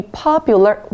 popular